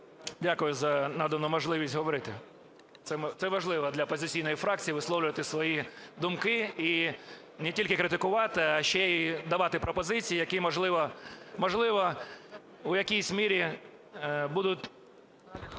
за надану можливість говорити. Це важливо для опозиційної фракції висловлювати свої думки, і не тільки критикувати, а ще і давати пропозиції, які, можливо, в якійсь мірі будуть